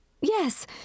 Yes